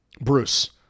Bruce